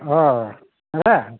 অঁ